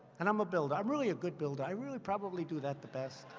and i'm a builder. i'm really a good builder. i really probably do that the best.